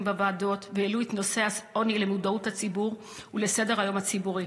בוועדות והעלו את נושא העוני למודעות הציבור ולסדר-היום הציבורי,